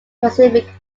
pacific